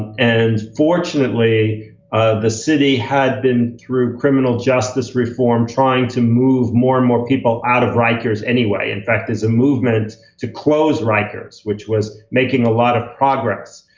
and fortunately the city had been through criminal justice reform trying to move more and more people out of rikers anyway. in fact, there's a movement to close rikers, which was making a lot of progress.